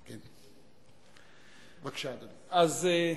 בבקשה, אדוני.